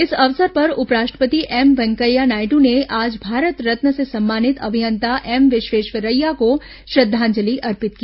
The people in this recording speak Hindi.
इस अवसर पर उपराष्ट्रपति एम वेकैंया नायडू ने आज भारत रत्न से सम्मानित अभियंता एम विश्वेश्वरैया को श्रद्वांजलि अर्पित की